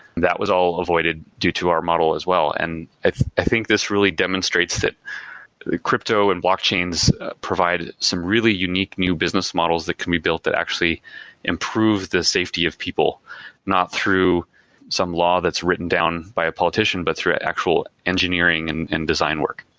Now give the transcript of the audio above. that was all avoided due to our model as well. and i think this really demonstrates that the crypto and blockchains provide some really unique new business models that can be built that actually improves the safety of people not through some law that's written down by a politician, but through actual engineering and and design work.